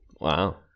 Wow